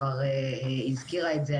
כבר הזכירה את זה.